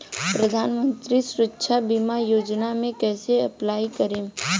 प्रधानमंत्री सुरक्षा बीमा योजना मे कैसे अप्लाई करेम?